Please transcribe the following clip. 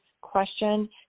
question